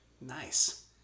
Nice